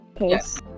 Yes